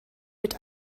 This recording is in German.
mit